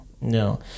no